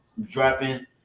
dropping